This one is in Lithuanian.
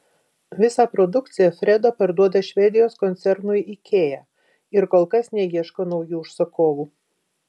visą produkciją freda parduoda švedijos koncernui ikea ir kol kas neieško naujų užsakovų